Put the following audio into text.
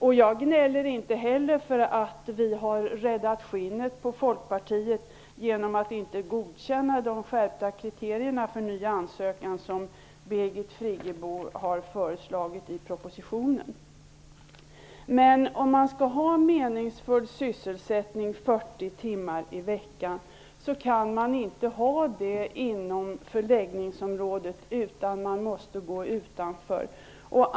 Jag gnäller inte heller för att vi räddat skinnet på Folkpartiet genom att inte godkänna de skärpta kriterier för ny ansökan som Birgit Friggebo föreslagit i propositionen. Men om man skall ha meningsfull sysselsättning 40 timmar i veckan kan man inte stanna inom förläggningsområdet, utan man måste gå utanför.